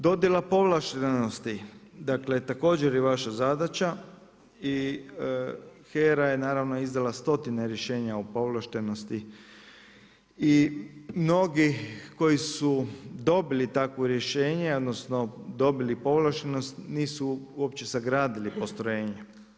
Dodjela povlaštenosti također je vaša zadaća i HERA je izdala stotine rješenja o povlaštenosti i mnogi koji su dobili takvo rješenje odnosno dobili povlaštenost nisu uopće sagradili postrojenje.